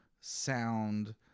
sound